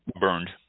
burned